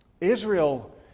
Israel